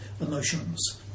emotions